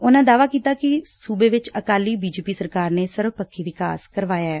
ਉਨਾਂ ਦਾਅਵਾ ਕੀਤਾ ਕਿ ਸੁਬੇ ਵਿਚ ਅਕਾਲੀ ਬੀਜੇਪੀ ਸਰਕਾਰ ਨੇ ਸਰਵਪੱਖੀ ਵਿਕਾਸ ਕਰਵਾਇਆ ਏ